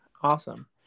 Awesome